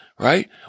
right